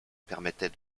permettaient